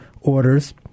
orders